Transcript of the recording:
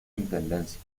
intendencia